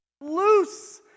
loose